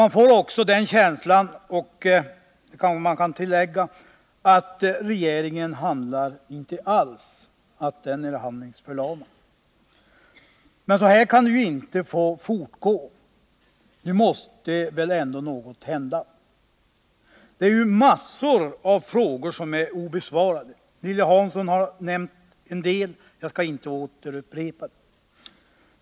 Man får också känslan att regeringen handlar inte alls; den är handlingsförlamad. Men så här kan det ju inte få fortgå. Nu måste väl ändå något hända. Det är ju massor av frågor som är obesvarade. Lilly Hansson har nämnt en del — jag skall inte upprepa dem.